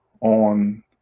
on